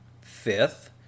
Fifth